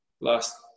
last